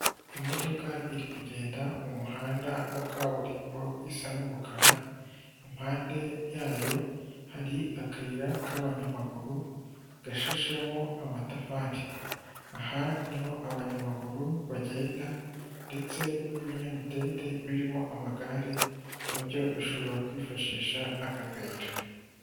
Imodoka iri kugenda mu muhanda wa kaburimbo isa n'umukara, impande yayo hari akayira k'abanyamaguru gashashemo amatafari. Aha niho abanyamaguru bagenda ndetse n'ibinyamitende birimo amagare, nabyo bishobora kwifashisha aka kayira.